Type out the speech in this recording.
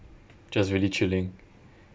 just really chilling